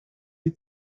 die